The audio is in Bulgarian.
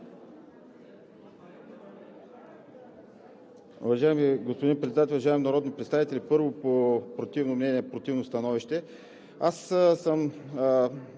Уважаеми господин Председател, уважаеми народни представители! Първо, противно мнение, противно становище. Аз съм